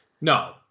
No